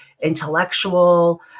intellectual